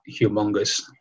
humongous